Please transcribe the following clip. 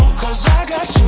cause i got